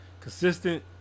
consistent